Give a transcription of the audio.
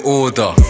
order